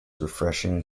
refreshing